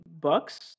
Bucks